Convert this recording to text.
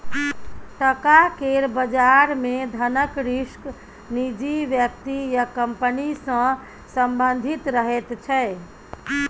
टका केर बजार मे धनक रिस्क निजी व्यक्ति या कंपनी सँ संबंधित रहैत छै